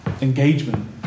engagement